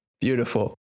Beautiful